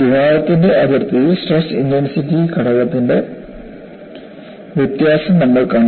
ദ്വാരത്തിന്റെ അതിർത്തിയിൽ stress intensity ഘടകത്തിന്റെ വ്യത്യാസം നമ്മൾ കണ്ടു